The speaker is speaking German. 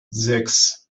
sechs